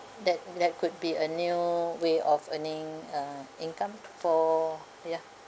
that could be a new way of earning uh income for ya